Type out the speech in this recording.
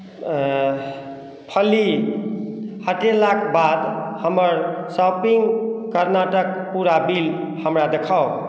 फली हटेलाक बाद हमर शॉपिंग कार्टक पूरा बिल हमरा देखाउ